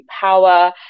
power